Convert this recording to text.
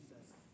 Jesus